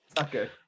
Okay